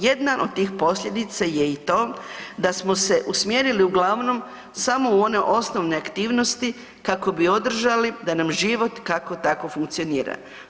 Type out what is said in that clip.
Jedna od tih posljedica je i to da smo se usmjerili uglavnom samo u one osnovne aktivnosti kako bi održali da nam život, kako tako funkcionira.